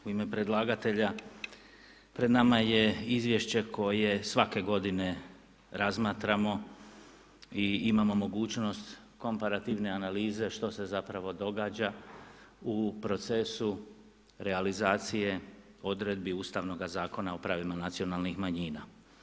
U ime predlagatelja pred nama je izvješće koje svake godine razmatramo i imamo mogućnost komparativne analize što se zapravo događa u procesu realizacije odredbi Ustavnoga zakona o pravima nacionalnih manjina.